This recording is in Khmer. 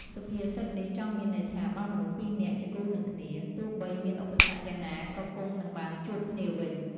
សុភាសិតនេះចង់មានន័យថា បើមនុស្សពីរនាក់ជាគូនឹងគ្នា ទោះបីមានឧបសគ្គយ៉ាងណាក៏គង់នឹងបានជួបគ្នាវិញ។